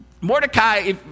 Mordecai